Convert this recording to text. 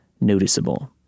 noticeable